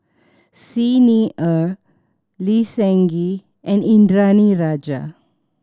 Xi Ni Er Lee Seng Gee and Indranee Rajah